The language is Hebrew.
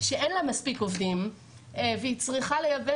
שאין לה מספיק עובדים והיא צריכה לייבא